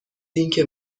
اینکه